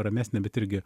ramesnė bet irgi